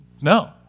No